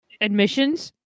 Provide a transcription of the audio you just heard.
admissions